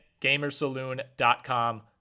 gamersaloon.com